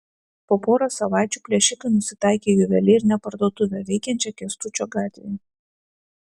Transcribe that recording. po poros savaičių plėšikai nusitaikė į juvelyrinę parduotuvę veikiančią kęstučio gatvėje